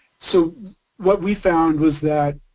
so what we found was that